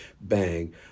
Bang